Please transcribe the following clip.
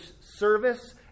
service